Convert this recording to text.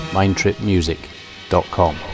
Mindtripmusic.com